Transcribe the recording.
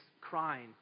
crying